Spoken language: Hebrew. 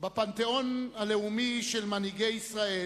בפנתיאון הלאומי של מנהיגי ישראל